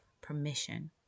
permission